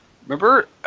Remember